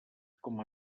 com